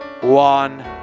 one